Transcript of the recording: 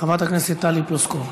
חברת הכנסת טלי פלוסקוב.